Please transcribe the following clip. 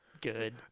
good